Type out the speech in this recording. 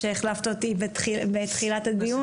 שהחלפת אותי בתחילת הדיון.